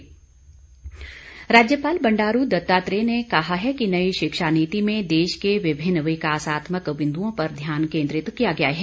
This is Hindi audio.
राज्यपाल राज्यपाल बंडारू दत्तात्रेय ने कहा है कि नई शिक्षा नीति में देश के विभिन्न विकासात्मक बिन्दुओं पर ध्यान केन्द्रित किया गया है